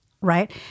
right